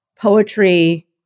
poetry